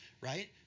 right